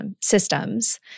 systems